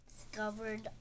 discovered